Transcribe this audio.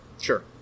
Sure